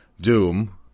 doom